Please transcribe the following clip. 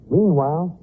Meanwhile